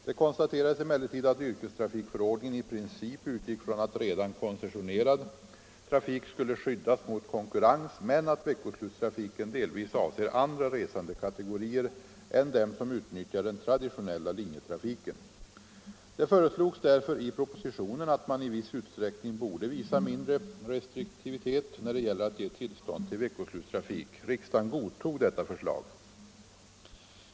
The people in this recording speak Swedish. Det konstaterades emellertid att yrkestrafikförordningen i princip utgick från att redan koncessionerad trafik skulle skyddas mot konkurrens men att veckoslutstrafiken delvis avser andra resandekategorier än dem som utnyttjar den traditionella linjetrafiken. Det föreslogs därför i propositionen att man i viss utsträckning borde visa mindre restriktivitet när det gäller att ge tillstånd till veckoslutstrafik. Riksdagen godtog detta förslag.